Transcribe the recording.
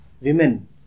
women